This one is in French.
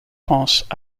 pensent